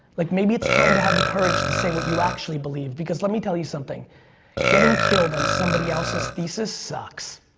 like maybe it's time to have the courage to say what you actually believe because let me tell you something getting killed on somebody else's thesis sucks.